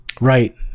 Right